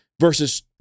versus